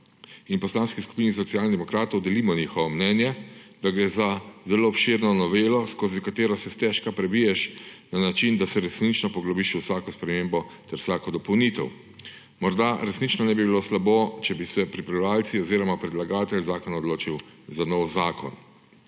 V Poslanski skupini Socialnih demokratov delimo njihovo mnenje, da gre za zelo obširno novelo, skozi katero se stežka prebiješ na način, da se resnično poglobiš v vsako spremembo ter vsako dopolnitev. Morda resnično ne bi bilo slabo, če bi se pripravljavci oziroma predlagatelj zakona odločil za nov zakon.